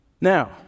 Now